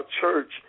church